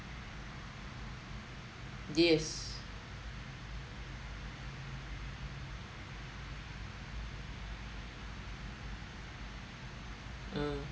yes uh